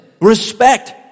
respect